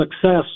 success